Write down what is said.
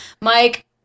Mike